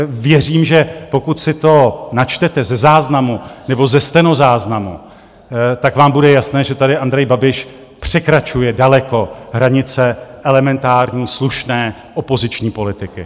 Věřím, že pokud si to načtete ze záznamu nebo ze stenozáznamu, tak vám bude jasné, že tady Andrej Babiš překračuje daleko hranice elementární slušné opoziční politiky.